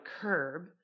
curb